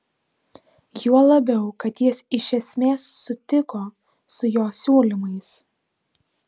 juo labiau kad jis iš esmės sutiko su jo siūlymais